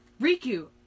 Riku